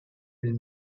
will